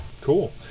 cool